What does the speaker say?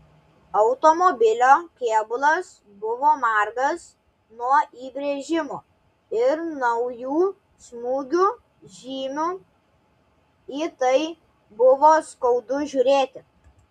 automobilio kėbulas buvo margas nuo įbrėžimų ir naujų smūgių žymių į tai buvo skaudu žiūrėti